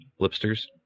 Flipsters